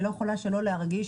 אני לא יכולה שלא להרגיש,